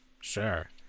Sure